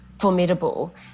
formidable